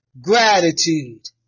gratitude